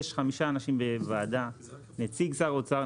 יש חמישה אנשים בוועדה - נציג שר האוצר,